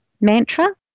mantra